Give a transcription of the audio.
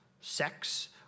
sex